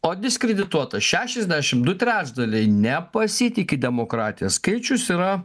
o diskredituota šešiasdešimt du trečdaliai nepasitiki demokratija skaičius yra